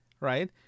right